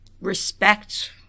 Respect